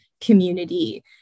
community